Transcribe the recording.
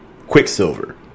Quicksilver